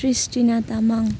Christina Tamang